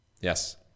Yes